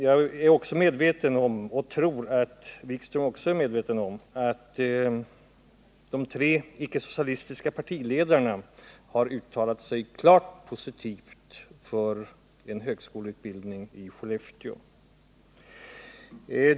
Jag är medveten om och tror att också statsrådet Wikström är medveten om att de tre icke-socialistiska partiledarna har uttalat sig klart positivt för en högskoleutbildning i Skellefteå.